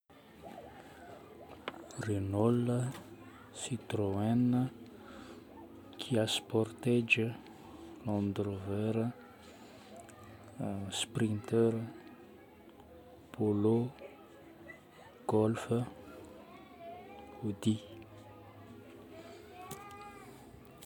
Renault, Citroen, Kia sportage, land rover, sprinter, polo, golf, audi.